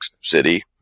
city